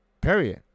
period